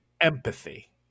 empathy